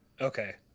Okay